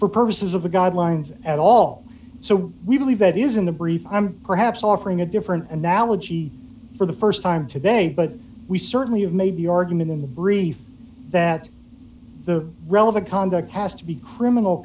for purposes of the guidelines at all so we believe that is in the brief i'm perhaps offering a different analogy for the st time today but we certainly have made the argument in the brief that the relevant conduct has to be criminal